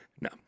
no